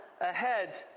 ahead